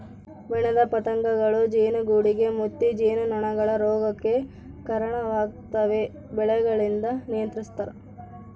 ಮೇಣದ ಪತಂಗಗಳೂ ಜೇನುಗೂಡುಗೆ ಮುತ್ತಿ ಜೇನುನೊಣಗಳ ರೋಗಕ್ಕೆ ಕರಣವಾಗ್ತವೆ ಬೆಳೆಗಳಿಂದ ನಿಯಂತ್ರಿಸ್ತರ